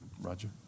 Roger